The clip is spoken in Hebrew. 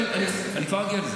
אני כבר אגיע לזה.